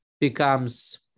becomes